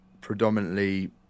predominantly